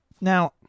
now